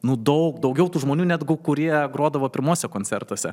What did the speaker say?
nu daug daugiau tų žmonių netgu kurie grodavo pirmuose koncertuose